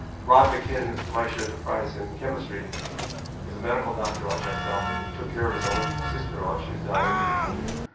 rod mackinnon with whom i shared the prize in chemistry was a medical doctor like myself, took care of his ailing sister while she was dying of leukaemia.